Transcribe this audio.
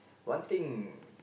one thing